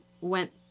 went